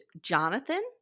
Jonathan